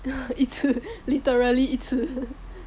一次 literally 一次